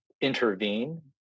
intervene